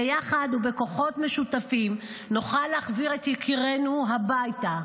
ביחד ובכוחות משותפים נוכל להחזיר את יקירינו הביתה,